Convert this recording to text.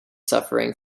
suffering